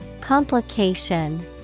Complication